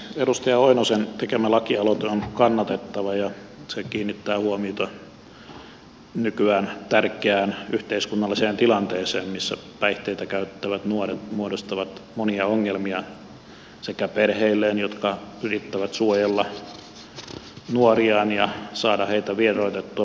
edustaja oinosen tekemä lakialoite on kannatettava ja se kiinnittää huomiota nykyään tärkeään yhteiskunnalliseen tilanteeseen missä päihteitä käyttävät nuoret muodostavat monia ongelmia perheilleen jotka yrittävät suojella nuoriaan ja saada heitä vieroitettua